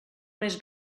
més